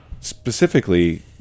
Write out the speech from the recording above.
specifically